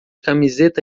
camiseta